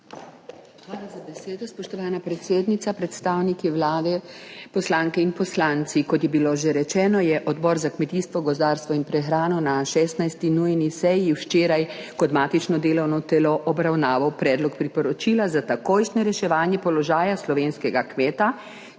Hvala za besedo, spoštovana predsednica. Predstavniki Vlade, poslanke in poslanci! Kot je bilo že rečeno, je Odbor za kmetijstvo, gozdarstvo in prehrano na 16. nujni seji včeraj kot matično delovno telo obravnaval Predlog priporočila za takojšnje reševanje položaja slovenskega kmeta,